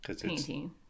painting